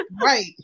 Right